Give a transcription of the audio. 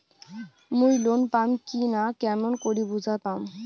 মুই লোন পাম কি না কেমন করি বুঝা পাম?